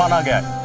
um again